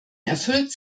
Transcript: erfüllt